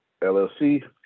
LLC